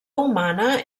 humana